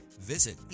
visit